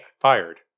fired